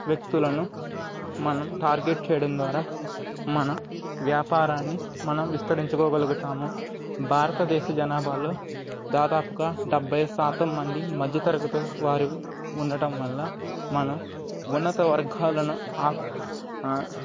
వ్యక్తులను మనం టార్గెట్ చేయడం ద్వారా మనం వ్యాపారాన్ని మనం విస్తరించుకోగలుగుతాము భారతదేశ జనాభాలో దాదాపుగా డెబ్భై శాతం మంది మధ్యతరగతి వారు ఉండటం వల్ల మనం ఉన్నత వర్గాలను